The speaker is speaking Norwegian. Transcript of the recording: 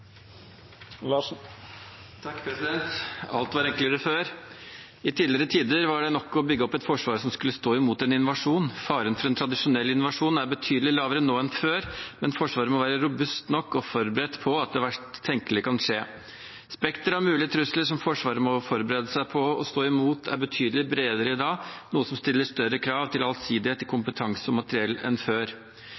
Alt var enklere før. I tidligere tider var det nok å bygge opp et forsvar som skulle stå imot en invasjon. Faren for en tradisjonell invasjon er betydelig lavere nå enn før, men Forsvaret må være robust nok og forberedt på at det verst tenkelige kan skje. Spekteret av mulige trusler som Forsvaret må forberede seg på og stå imot, er betydelig bredere i dag, noe som stiller større krav til allsidighet i